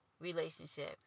relationship